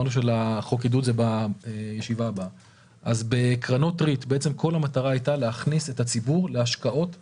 כל המטרה בקרנות ריט הייתה להכניס את הציבור להשקעות בנדל"ן.